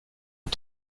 ont